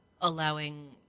Allowing